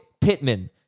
Pittman